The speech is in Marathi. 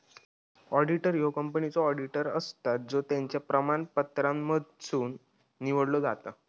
ऑडिटर ह्यो कंपनीचो ऑडिटर असता जो त्याच्या प्रमाणपत्रांमधसुन निवडलो जाता